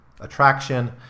attraction